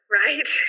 right